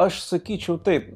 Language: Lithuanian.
aš sakyčiau taip